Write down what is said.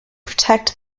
protect